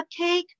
cupcake